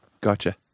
gotcha